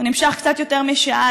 הוא נמשך קצת יותר משעה,